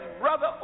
brother